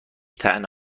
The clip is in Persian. طعنه